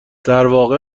درواقع